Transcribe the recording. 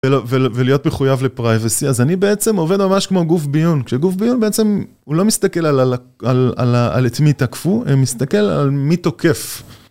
ולהיות מחויב לפרייבסי, אז אני בעצם עובד ממש כמו גוף ביון. כשגוף ביון בעצם, הוא לא מסתכל על את מי תקפו, הוא מסתכל על מי תוקף.